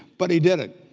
but he did it.